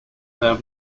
their